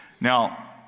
Now